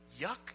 yuck